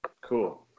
Cool